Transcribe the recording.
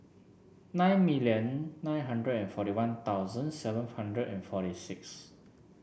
nine million nine hundred and forty One Thousand seven hundred and forty six